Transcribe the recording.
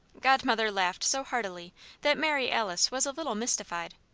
godmother laughed so heartily that mary alice was a little mystified.